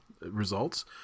results